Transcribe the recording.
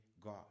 God